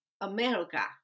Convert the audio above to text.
America